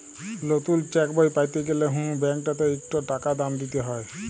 লতুল চ্যাকবই প্যাতে গ্যালে হুঁ ব্যাংকটতে ইকট টাকা দাম দিতে হ্যয়